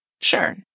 Sure